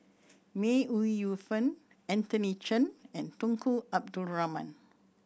May Ooi Yu Fen Anthony Chen and Tunku Abdul Rahman